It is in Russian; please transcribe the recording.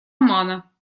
омана